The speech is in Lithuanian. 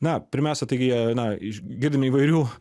na pirmiausia taigi jie na iš girdim įvairių